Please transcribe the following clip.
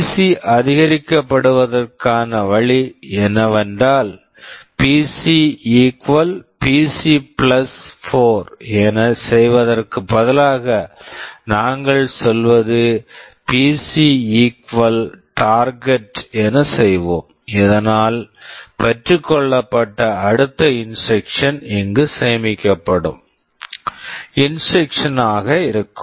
PC PC அதிகரிக்கப்படுவதற்கான வழி என்னவென்றால் பிசி PC பிசி PC 4 என செய்வதற்கு பதிலாக நாங்கள் சொல்வது பிசி டார்கெட் Target என செய்வோம் இதனால் பெற்றுக்கொள்ளப்பட்ட அடுத்த இன்ஸ்ட்ரக்க்ஷன் instruction இங்கு சேமிக்கப்படும் இன்ஸ்ட்ரக்க்ஷன் instruction ஆக இருக்கும்